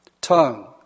tongue